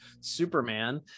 Superman